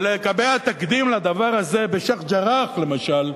ולקבע תקדים לדבר הזה בשיח'-ג'ראח, למשל,